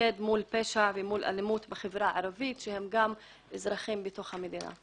מול פשע ומול אלימות בחברה הערבית שגם היא אזרחית המדינה.